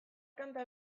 kanta